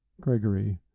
Gregory